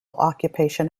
occupation